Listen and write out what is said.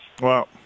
Wow